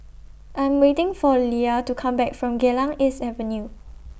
I'm waiting For Leia to Come Back from Geylang East Avenue